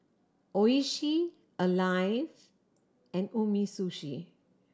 Oishi Alive and Umisushi